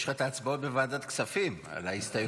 יש לך ההצבעות בוועדת כספים על ההסתייגויות.